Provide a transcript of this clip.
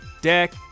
Deck